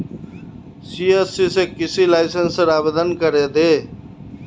CSC स कृषि लाइसेंसेर आवेदन करे दे